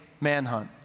manhunt